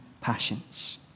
passions